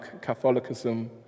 Catholicism